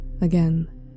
again